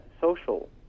social